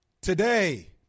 Today